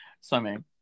swimming